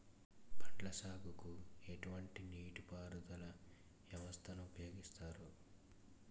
పండ్ల సాగుకు ఎటువంటి నీటి పారుదల వ్యవస్థను ఉపయోగిస్తారు?